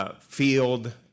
Field